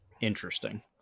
interesting